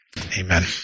Amen